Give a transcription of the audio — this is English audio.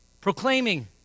Proclaiming